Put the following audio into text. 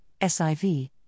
SIV